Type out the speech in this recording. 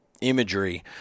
imagery